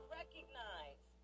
recognize